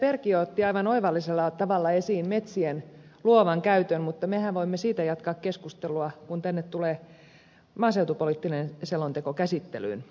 perkiö otti aivan oivallisella tavalla esiin metsien luovan käytön mutta mehän voimme siitä jatkaa keskustelua kun tänne tulee maaseutupoliittinen selonteko käsittelyyn